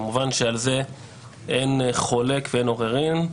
כמובן שעל זה אין על זה חולק ואין עוררין.